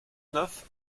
neuf